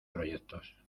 proyectos